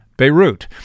Beirut